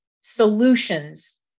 solutions